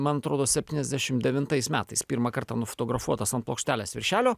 man atrodo septyniasdešim devintais metais pirmą kartą nufotografuotas ant plokštelės viršelio